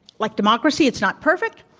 like democracy, it's not perfect,